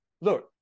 Look